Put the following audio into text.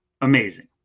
Amazing